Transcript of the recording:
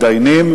מתדיינים,